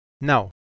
Now